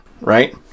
right